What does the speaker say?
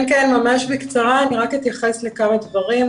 כן, ממש בקצרה, אני רק אתייחס לכמה דברים.